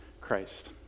Christ